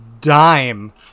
dime